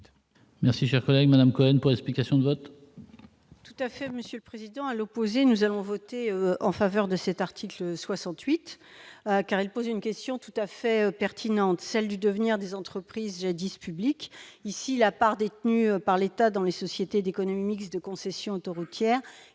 Merci, cher collègue Madame Cohen pour explication de vote. Tout à fait, Monsieur le Président, à l'opposé, nous avons voté en faveur de cet article 68 car il pose une question tout à fait pertinente, celle du devenir des entreprises jadis public ici la part détenue par l'État dans les sociétés d'économie mixte de concessions autoroutières